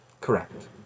Correct